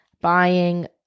buying